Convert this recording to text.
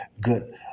good